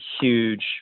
huge